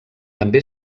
també